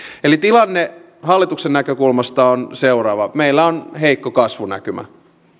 eli tilanne hallituksen näkökulmasta on seuraava meillä on heikko kasvunäkymä